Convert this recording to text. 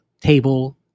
table